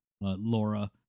Laura